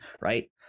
right